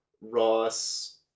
Ross